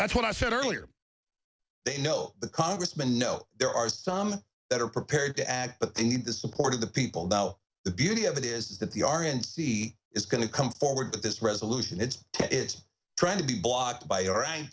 that's what i said earlier they know the congressman know there are some that are prepared to add but they need the support of the people now the beauty of it is that the r n c is going to come forward but this resolution is trying to be blocked by your